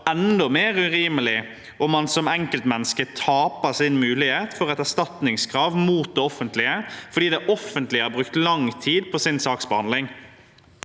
enda mer urimelig om man som enkeltmenneske taper sin mulighet for et erstatningskrav mot det offentlige fordi det offentlige har brukt lang tid på sin saksbehandling.